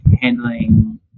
handling